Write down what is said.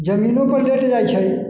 जमीनोपर लेट जाइ छै